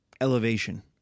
elevation